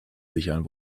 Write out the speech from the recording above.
sichern